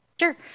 Sure